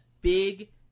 Big